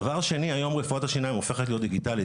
דבר שני: היום רפואת השיניים הופכת להיות דיגיטלית,